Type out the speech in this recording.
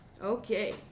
Okay